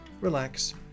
relax